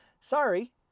sorry